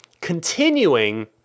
continuing